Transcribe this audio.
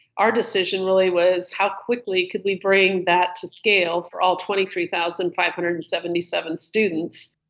our decision really was how quickly could we bring that to scale for all twenty three thousand five hundred and seventy seven students?